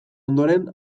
ondoren